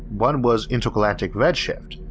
one was intergalactic redshift,